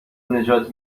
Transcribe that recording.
نجات